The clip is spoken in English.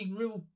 real